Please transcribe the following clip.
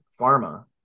Pharma